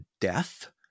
death